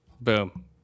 Boom